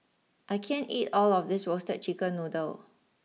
I can't eat all of this Roasted Chicken Noodle